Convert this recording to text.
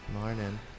Morning